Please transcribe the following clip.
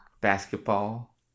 Basketball